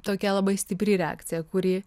tokia labai stipri reakcija kuri